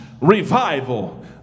revival